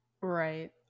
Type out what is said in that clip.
right